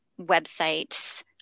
websites